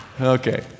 Okay